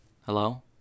hello